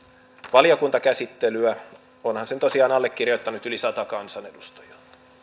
valiokuntakäsittelyä onhan sen tosiaan allekirjoittanut yli sata kansanedustajaa